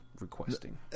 requesting